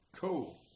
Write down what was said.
Cool